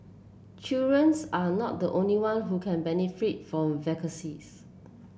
children's are not the only one who can benefit from vaccines